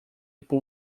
por